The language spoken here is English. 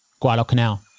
Guadalcanal